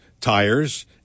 tires